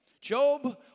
Job